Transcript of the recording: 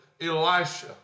Elisha